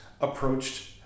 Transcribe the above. approached